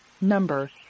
Number